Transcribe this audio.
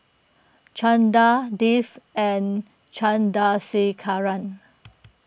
Chanda Dev and Chandrasekaran